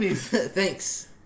Thanks